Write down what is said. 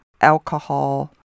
alcohol